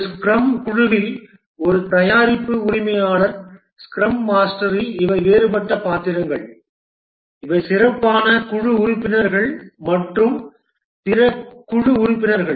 ஒரு ஸ்க்ரம் குழுவில் ஒரு தயாரிப்பு உரிமையாளர் ஸ்க்ரம் மாஸ்டரில் இவை வேறுபட்ட பாத்திரங்கள் இவை சிறப்பான குழு உறுப்பினர்கள் மற்றும் பிற குழு உறுப்பினர்கள்